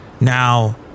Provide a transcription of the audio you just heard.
Now